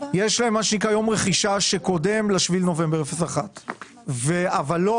יש להם מה שנקרא יום רכישה שקודם ל-7 בנובמבר 2001 אבל כן